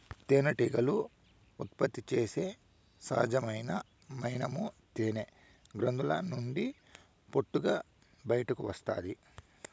తేనెటీగలు ఉత్పత్తి చేసే సహజమైన మైనము తేనె గ్రంధుల నుండి పొట్టుగా బయటకు వస్తాది